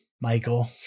Michael